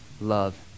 love